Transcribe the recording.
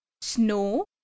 snow